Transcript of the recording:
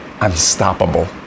unstoppable